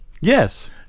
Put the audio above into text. Yes